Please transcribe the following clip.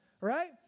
right